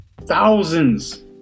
Thousands